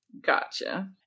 Gotcha